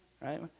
Right